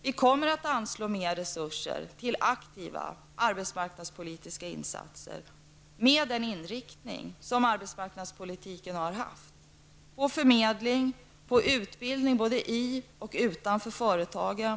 Vi kommer att anslå mer resurser till aktiva arbetsmarknadspolitiska insatser med den inriktning som arbetsmarknadspolitiken har haft på förmedling och utbildning -- både inom och utom företagen.